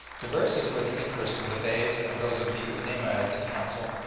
diverse as were the interests of the beys and those of the ulema at this council,